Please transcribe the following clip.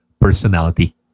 personality